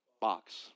box